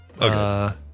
Okay